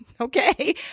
okay